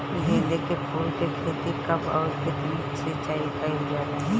गेदे के फूल के खेती मे कब अउर कितनी सिचाई कइल जाला?